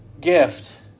gift